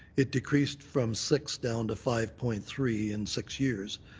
it decreased from six down to five point three in six years.